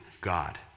God